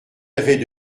avait